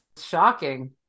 shocking